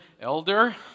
elder